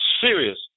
serious